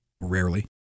rarely